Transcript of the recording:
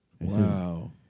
Wow